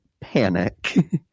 panic